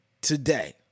Today